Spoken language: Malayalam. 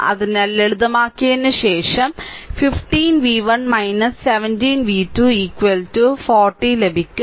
അതിനാൽ ലളിതമാക്കിയതിനുശേഷം 15 v1 17 v2 40 ലഭിക്കും